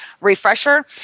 refresher